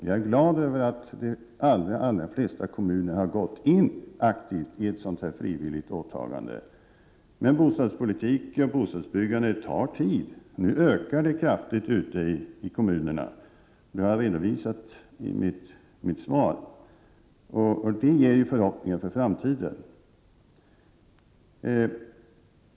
Jag är glad över att de allra flesta kommuner har gått med på ett sådant frivilligt åtagande. Bostadspolitik och bostadsbyggande är emellertid tidskrävande. Nu ökar bostadsbyggandet kraftigt i kommunerna, vilket jag har redovisat i mitt svar, vilket ger förhoppningar inför framtiden.